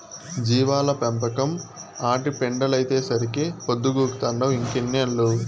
జీవాల పెంపకం, ఆటి పెండలైతేసరికే పొద్దుగూకతంటావ్ ఇంకెన్నేళ్ళు